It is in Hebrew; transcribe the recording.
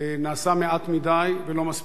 נעשה מעט מדי ולא מספיק.